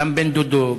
גם בן-דודו,